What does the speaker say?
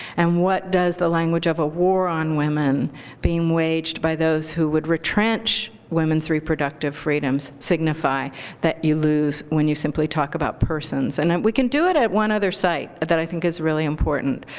and what does the language of a war on women being waged by those who would retrench women's reproductive freedoms signify that you lose when you simply talk about persons? and we can do it at one other site that i think is really important,